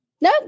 No